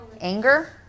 Anger